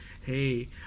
hey